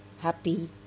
happy